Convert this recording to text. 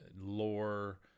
lore